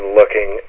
looking